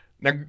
now